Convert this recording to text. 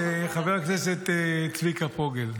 חבר הכנסת צביקה פוגל.